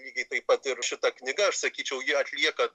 lygiai taip pat ir šita knyga aš sakyčiau ji atlieka